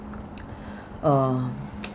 uh